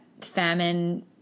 famine